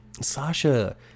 Sasha